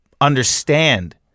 understand